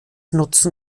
nutzen